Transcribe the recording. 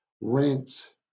rent